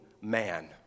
man